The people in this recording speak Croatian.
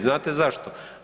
Znate zašto?